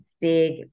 big